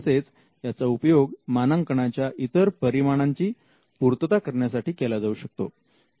तसेच याचा उपयोग मानांकनाच्या इतर परिमाणाची पूर्तता करण्यासाठी केला जाऊ शकतो